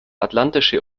atlantische